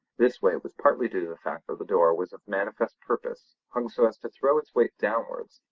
this weight was partly due to the fact that the door was of manifest purpose hung so as to throw its weight downwards,